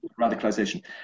radicalization